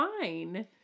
fine